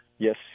Yes